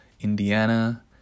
Indiana